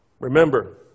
Remember